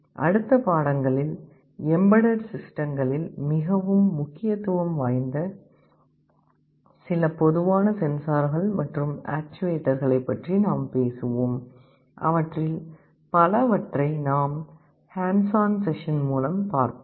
அடுத்த பாடங்களில் எம்பெட்டட் சிஸ்டங்களில் மிகவும் முக்கியத்துவம் வாய்ந்த சில பொதுவான சென்சார்கள் மற்றும் ஆக்சுவேட்டர்களைப் பற்றி நாம் பேசுவோம் அவற்றில் பலவற்றை நாம் ஹேண்ட்ஸ் ஆன் சஷன் மூலம் பார்ப்போம்